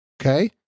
okay